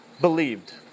Believed